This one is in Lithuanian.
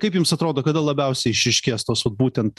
kaip jums atrodo kada labiausiai išryškės tos vat būtent